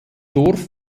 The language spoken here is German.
dorf